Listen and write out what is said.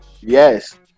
yes